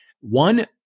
one